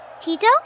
Tito